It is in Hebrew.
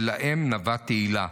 ולהם נאווה תהילה.